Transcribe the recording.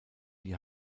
die